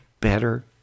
better